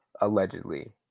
allegedly